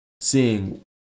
seeing